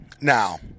now